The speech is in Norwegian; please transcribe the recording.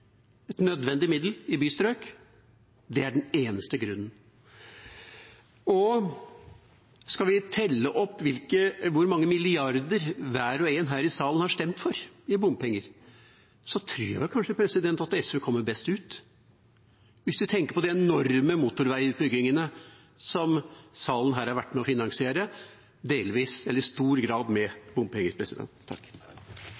middel i bystrøk, det er den eneste grunnen. Skal vi telle opp hvor mange milliarder hver og én her i salen har stemt for i bompenger, tror jeg kanskje SV kommer best ut – hvis man tenker på de enorme motorveiutbyggingene som salen her har vært med på å finansiere, i stor grad